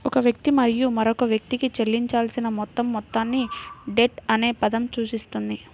ఒక వ్యక్తి మరియు మరొక వ్యక్తికి చెల్లించాల్సిన మొత్తం మొత్తాన్ని డెట్ అనే పదం సూచిస్తుంది